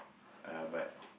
uh but